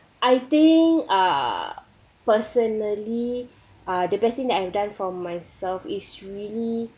I think err personally uh the best thing that I've done for myself is really